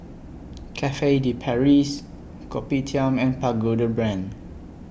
Cafe De Paris Kopitiam and Pagoda Brand